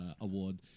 award